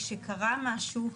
כשקרה משהו,